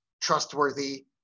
trustworthy